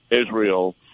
Israel